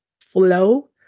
flow